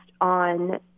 on